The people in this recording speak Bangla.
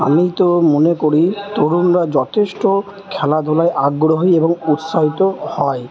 আমি তো মনে করি তরুণরা যথেষ্ট খেলাধুলায় আগ্রহী এবং উৎসাহিত হয়